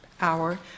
hour